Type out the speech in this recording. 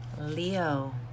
Leo